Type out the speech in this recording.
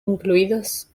incluidos